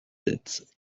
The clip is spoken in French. sept